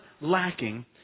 lacking